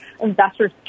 investors